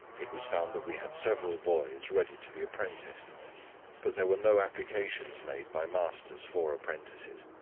it was found that we had several boys ready to be apprenticed but there were no applications made by masters for apprentices.